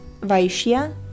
Vaishya